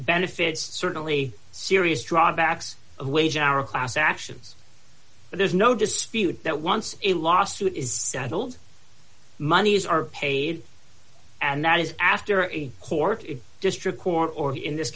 benefits certainly serious drawbacks of wage our class actions but there's no dispute that once a lawsuit is settled monies are paid and that is after a court if district court or in this